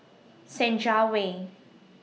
Senja Way